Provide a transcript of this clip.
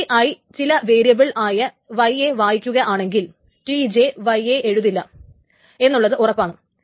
Ti ചില variable ആയ y യെ വായിക്കുകയാണെങ്കിൽ Tj y എഴുതില്ല എന്നുള്ളത് ഉറപ്പാണ്